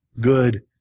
good